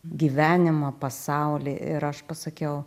gyvenimą pasaulį ir aš pasakiau